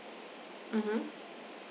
mmhmm